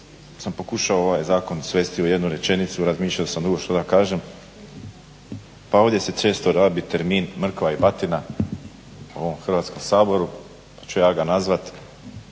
sam pokušao ovaj zakon svesti u jednu rečenicu, razmišljao sam dugo šta da kažem pa ovdje se često rabi termin mrkva i batina u ovom Hrvatskom saboru pa ću ga ja nazvati